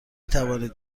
توانید